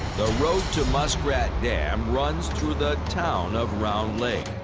the road to muskrat dam runs through the town of round lake.